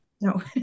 No